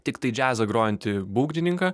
tiktai džiazą grojantį būgnininką